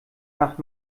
nach